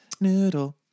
Noodle